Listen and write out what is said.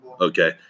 Okay